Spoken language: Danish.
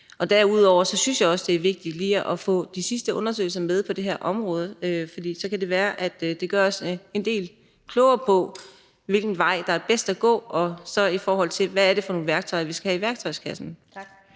Derudover synes jeg også, det er vigtigt lige at få de sidste undersøgelser med på det her område, for så kan det være, at det gør os en hel del klogere på, hvilken vej der er bedst at gå, også hvad angår de værktøjer, vi skal have i værktøjskassen.